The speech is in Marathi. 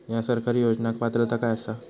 हया सरकारी योजनाक पात्रता काय आसा?